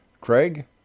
Craig